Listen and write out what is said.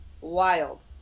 wild